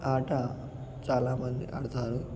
ఆట చాలా మంది ఆడతారు